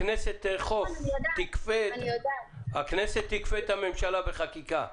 הכנסת תכפה על הממשלה בחקיקה.